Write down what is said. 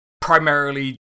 primarily